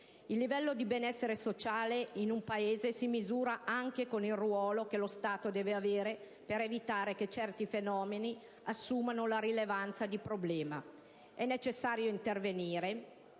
Il livello di benessere sociale di un Paese si misura anche con il ruolo che lo Stato svolge per evitare che certi fenomeni assumano la rilevanza di problema. È necessario intervenire